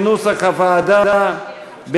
כנוסח הוועדה,